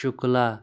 شُکلا